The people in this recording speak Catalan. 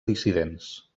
dissidents